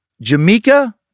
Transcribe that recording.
Jamaica